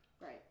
right